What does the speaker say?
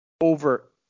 over